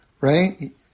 Right